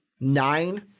nine